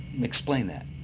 explain that.